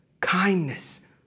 kindness